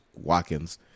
Watkins